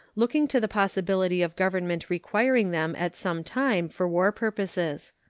looking to the possibility of government requiring them at some time for war purposes.